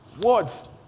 Words